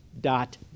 dot